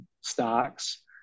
stocks